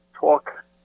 talk